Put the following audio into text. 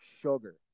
Sugar